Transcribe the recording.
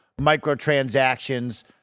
microtransactions